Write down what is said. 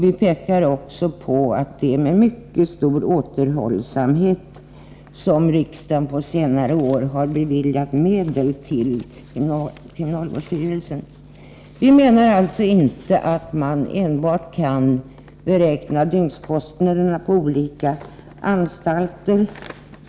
Vi påpekar också att det är med mycket stor återhållsamhet som riksdagen under senare år har beviljat medel till kriminalvårdsstyrelsen. Vi menar alltså att man inte enbart kan beräkna dygnskostnaderna på olika anstalter.